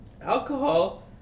Alcohol